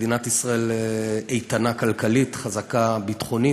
מדינת ישראל איתנה כלכלית, חזקה ביטחונית,